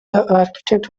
architect